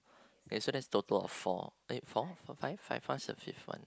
okay so there's a total of four eh four four five what's the fifth one